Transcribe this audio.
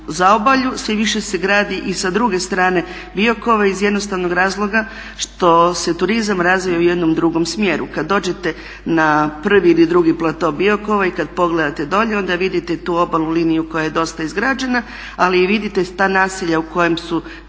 zaobalju, sve više se gradi i sa druge strane Biokova iz jednostavnog razloga što se turizam razvio u jednom drugom smjeru. Kad dođete na prvi ili drugi plato Biokova i kad pogledate dolje onda vidite tu obalnu liniju koja je dosta izgrađena, ali i vidite ta naselja u kojim su